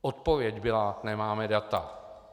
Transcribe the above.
Odpověď byla nemáme data.